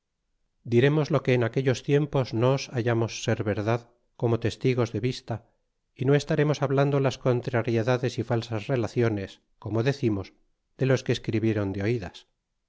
diremos lo que en aquellos tiempos nos hallamos ser verdad como testigos de vista y no estarémos hablando las contrariedades y falsas relaciones como decimos de los que escribiéron de oidas